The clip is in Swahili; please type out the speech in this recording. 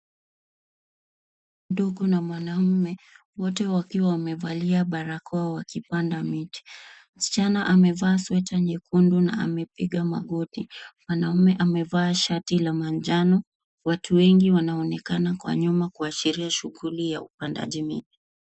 Ndugu na mwanaume wote wakiwa wamevalia barakoa wakipanda miti. Msichana amevaa sweta nyekundu na amepiga magoti. Mwanaume amevaa shati la manjano. Watu wengi wanaonekana kwa nyuma kuashiria shughuli ya upandaji miti.